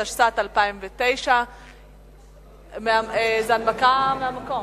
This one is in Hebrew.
התשס"ט 2009. זו הנמקה מהמקום.